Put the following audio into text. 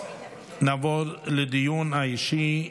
נעבור לדיון האישי.